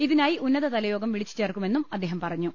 ഇതിനായി ഉന്നതതല യോഗം വിളി ച്ചുചേർക്കുമെന്നും മന്ത്രി പറഞ്ഞു